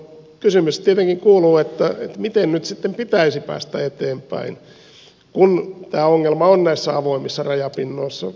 kysymys tietenkin kuuluu miten nyt sitten pitäisi päästä eteenpäin kun tämä ongelma on näissä avoimissa rajapinnoissa